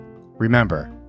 Remember